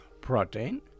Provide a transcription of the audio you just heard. protein